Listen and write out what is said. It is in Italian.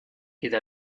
chiede